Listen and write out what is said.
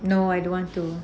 no I don't want to